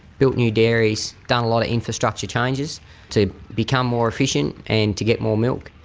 built new dairies, done a lot of infrastructure changes to become more efficient and to get more milk,